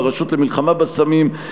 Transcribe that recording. הרשות למלחמה בסמים,